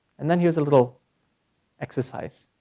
and then here's a little exercise,